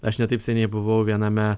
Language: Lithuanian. aš ne taip seniai buvau viename